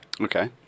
Okay